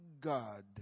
God